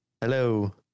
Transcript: hello